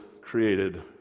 created